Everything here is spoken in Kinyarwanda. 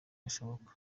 gashoboka